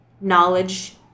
knowledge